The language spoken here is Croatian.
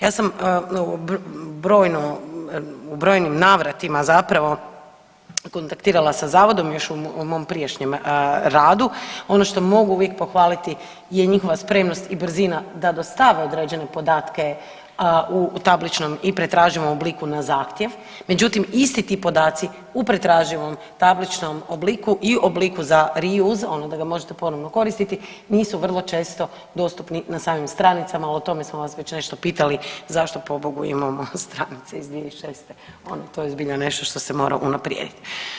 Ja sam u brojnim navratima zapravo kontaktirala sa zavodom još u mom prijašnjem radu, ono što mogu uvijek pohvaliti je njihova spremnost i brzina da dostave određene podatke u tabličnom i pretraživom u obliku na zahtjev, međutim isti ti podaci u pretraživom tabličnom obliku i obliku za … [[Govornik se ne razumije]] ono da ga možete ponovno koristiti, nisu vrlo često dostupni na samim stranicama, o tome smo vas već nešto pitali zašto pobogu imamo stranice iz 2006., ono to je zbilja nešto što se mora unaprijediti.